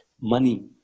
Money